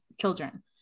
children